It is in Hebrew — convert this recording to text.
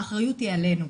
האחריות היא עלינו.